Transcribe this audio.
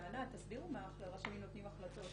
תסבירו את זה, איך רשמים נותנים החלטות.